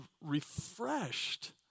refreshed